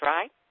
Right